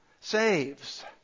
saves